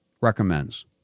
recommends